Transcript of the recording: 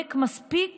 להתעמק מספיק